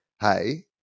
hey